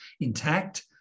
intact